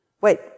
Wait